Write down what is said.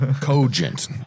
Cogent